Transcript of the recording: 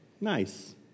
nice